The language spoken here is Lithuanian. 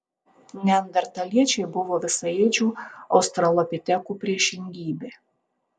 neandertaliečiai buvo visaėdžių australopitekų priešingybė